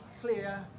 clear